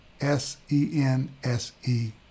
S-E-N-S-E